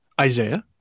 Isaiah